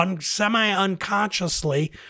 semi-unconsciously